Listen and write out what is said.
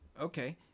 Okay